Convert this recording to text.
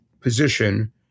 position